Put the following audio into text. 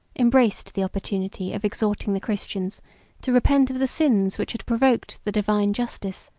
embraced the opportunity of exhorting the christians to repent of the sins which had provoked the divine justice,